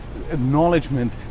acknowledgement